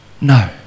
No